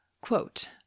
Quote